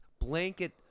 blanket